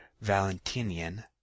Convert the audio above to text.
Valentinian